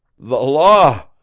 the law!